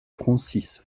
francis